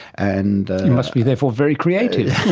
and must be therefore very creative!